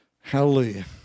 Hallelujah